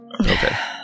Okay